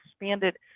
expanded